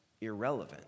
irrelevant